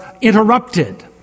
interrupted